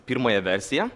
pirmąją versiją